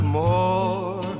more